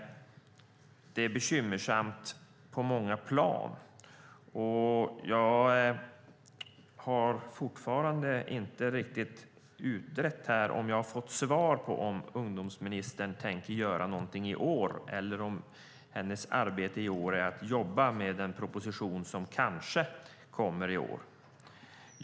Det är bekymmersamt på många plan, och jag vet fortfarande inte riktigt om jag fått svar på frågan ifall ungdomsministern tänker göra någonting i år eller om hennes arbete i år är att jobba med den proposition som kanske kommer i år.